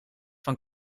van